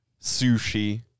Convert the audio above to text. sushi